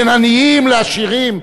בין עניים לעשירים,